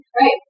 right